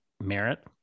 merit